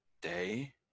day